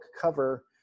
cover